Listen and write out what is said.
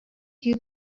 you